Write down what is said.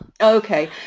Okay